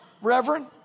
Reverend